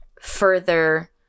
further